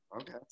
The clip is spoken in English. Okay